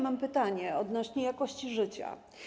Mam pytanie odnośnie do jakości życia.